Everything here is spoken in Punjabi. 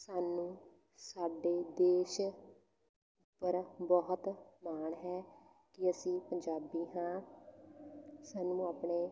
ਸਾਨੂੰ ਸਾਡੇ ਦੇਸ਼ ਪਰ ਬਹੁਤ ਮਾਣ ਹੈ ਕਿ ਅਸੀਂ ਪੰਜਾਬੀ ਹਾਂ ਸਾਨੂੰ ਆਪਣੇ